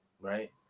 right